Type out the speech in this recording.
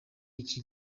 iki